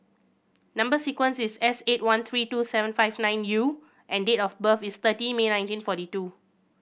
number sequence is S eight one three two seven five nine U and date of birth is thirty May nineteen forty two